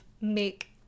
make